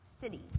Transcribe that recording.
city